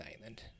island